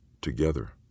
Together